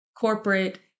corporate